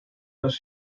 los